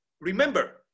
Remember